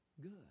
Good